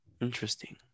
Interesting